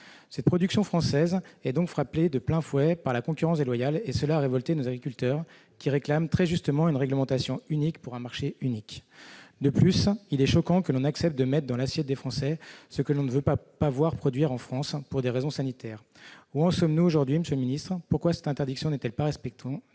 Cette production française est donc frappée de plein fouet par la concurrence déloyale, ce qui a révolté nos agriculteurs. Ils réclament, très légitimement, une réglementation unique pour un marché unique. De plus, il est choquant que l'on accepte de mettre dans l'assiette des Français ce que l'on ne veut pas voir produire en France pour des raisons sanitaires. Où en sommes-nous, monsieur le ministre ? Pourquoi cette interdiction n'est-elle pas respectée ?